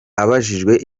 abajijwe